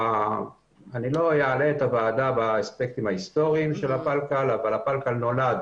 לא אלאה את הוועדה באספקטים ההיסטורי של הפלקל אבל הפלקל נולד